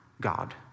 God